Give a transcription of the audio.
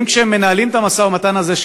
האם כשהם מנהלים את המשא-ומתן הזה,